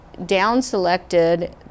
down-selected